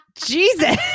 jesus